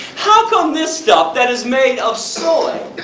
how come this stuff, that is made of soy,